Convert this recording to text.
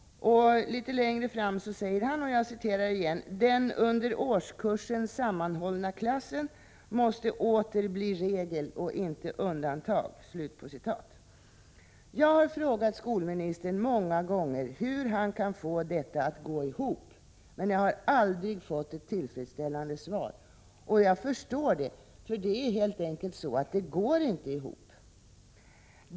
Han framhåller vidare betydelsen av att den under årskursen sammanhållna klassen åter blir regel och inte undantag. Jag har många gånger frågat skolministern hur han kan få detta att gå ihop, men jag har aldrig fått ett tillfredsställande svar. Jag förstår att det helt enkelt är så att det inte går ihop.